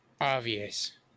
obvious